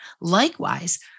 Likewise